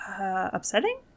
Upsetting